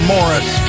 Morris